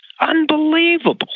Unbelievable